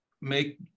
make